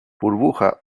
burbuja